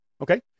Okay